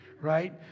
right